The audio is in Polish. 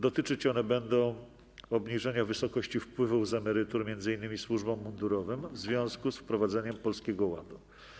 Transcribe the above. Dotyczyć one będą obniżenia wysokości wpływów z emerytur m.in. służbom mundurowym w związku z wprowadzeniem Polskiego Ładu.